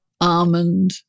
almond